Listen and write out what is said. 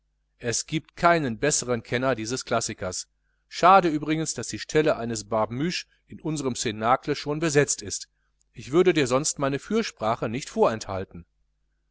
es giebt keinen besseren kenner dieses klassikers schade übrigens daß die stelle eines barbemuche in unserm cnacle schon besetzt ist ich würde sonst dir meine fürsprache nicht vorenthalten